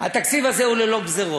התקציב הזה הוא ללא גזירות.